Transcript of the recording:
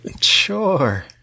sure